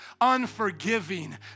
unforgiving